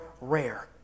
rare